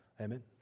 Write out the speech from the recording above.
amen